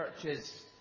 churches